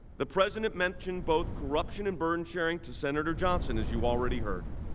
the president mentioned both corruption and burden sharing to senator johnson as you already heard.